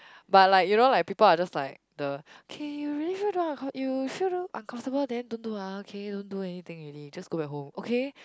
but like you know like people are just like the K you really feel don't uncom~ you feel don't uncomfortable then don't do ah okay don't do anything already just go back home okay